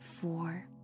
Four